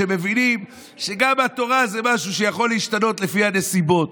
שמבינים שגם התורה זה משהו שיכול להשתנות לפי הנסיבות.